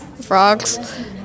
Frogs